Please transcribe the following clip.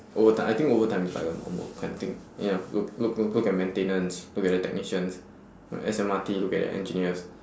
overtim~ I think overtime is like a normal kind of thing ya look look look at maintenance look at the technicians uh S_M_R_T look at the engineers